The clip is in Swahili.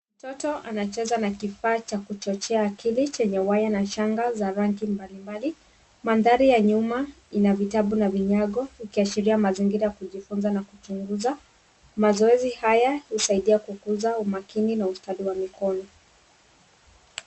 Mtoto anacheza na kifaa cha kuchochea akili chenye waya na shanga za rangi mbalimbali . Mandhari ya nyuma ina vitabu na vinyago ikiashiria mazingira ya kujifunza na kuchunguza. Mazoezi haya husaidia kukuza umakini na ustadi wa mikono.